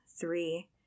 three